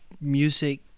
music